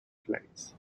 plays